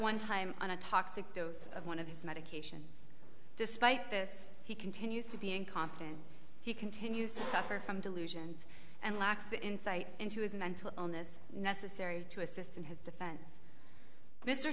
one time on a toxic dose of one of these medications despite this he continues to be incompetent he continues to suffer from delusions and lacks the insight into his mental illness necessary to assist in his defense mr